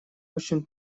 очень